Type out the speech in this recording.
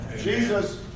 Jesus